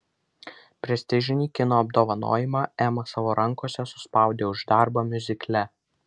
prestižinį kino apdovanojimą ema savo rankose suspaudė už darbą miuzikle